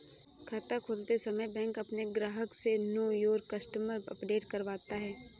खाता खोलते समय बैंक अपने ग्राहक से नो योर कस्टमर अपडेट करवाता है